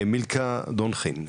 מילכה דונחין,